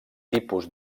tipus